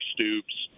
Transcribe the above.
Stoops